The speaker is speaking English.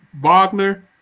Wagner